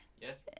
Yes